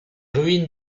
ruines